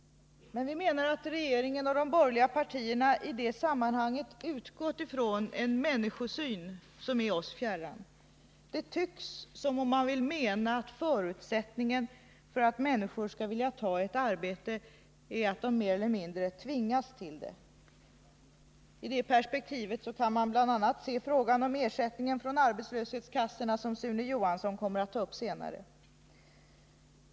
Men vi menar att regeringen och de borgerliga partierna i det sammanhanget utgått ifrån en människosyn som är oss fjärran. Man tycks mena att förutsättningen för att människor skall vilja ta ett arbete är att de mer eller mindre tvingas till det. I det perspektivet kan man bl.a. se frågan om ersättningen från arbetslöshetskassorna, en fråga som Sune Johansson kommer att ta upp senare.